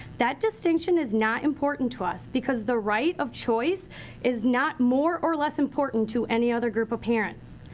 that distinction is not important to us, because the right of choice is not more or less important to any other group of parents.